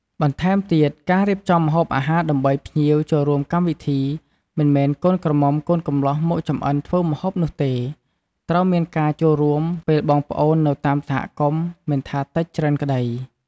បន្ថែមទៀតការរៀបចំម្ហូបអាហារដើម្បីភ្ញៀវចូលរួមកម្មវិធី មិនមែនកូនក្រមុំកូនកម្លោះមកចម្អិនធ្វើម្ហូបនោះទេ ត្រូវមានការចូលរួមពេលបងប្អូននៅតាមសហគមន៍មិនថាតិចច្រើនក្តី។